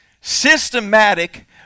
systematic